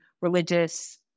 religious